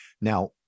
Now